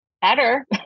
better